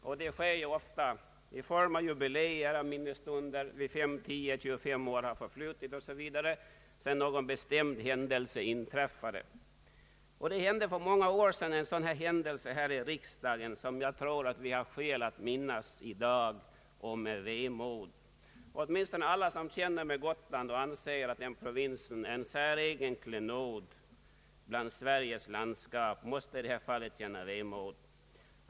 Detta sker ju ofta i form av jubiléer och minnesstunder när 5, 10 eller 25 år förflutit sedan någon bestämd händelse inträffade. Det hände för många år sedan en sådan sak här i riksdagen som jag tror vi har skäl att minnas, och det med vemod. Åtminstone alla som känner för Gotland och anser att denna provins är en säregen klenod bland Sveriges landskap måste i det här fallet känna vemod.